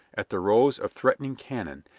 at the rows of threatening cannon,